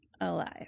alive